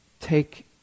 take